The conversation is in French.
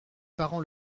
parents